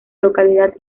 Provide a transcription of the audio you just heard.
localidad